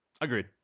Agreed